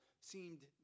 seemed